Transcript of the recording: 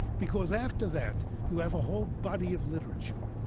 because after that you have a whole body of literature.